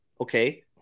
okay